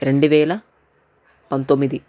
రెండువేల పంతొమ్మిది